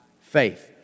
faith